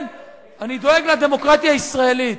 אתה דואג לציבור החרדי?